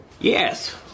Yes